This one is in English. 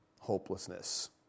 hopelessness